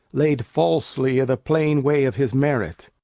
laid falsely i' the plain way of his merit.